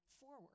forward